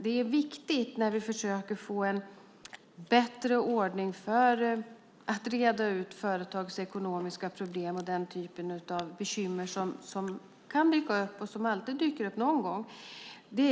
Detta är viktigt när vi försöker få en bättre ordning för att reda ut företagsekonomiska problem och den typen av bekymmer som kan dyka upp och som alltid dyker upp någon gång.